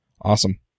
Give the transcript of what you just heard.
Awesome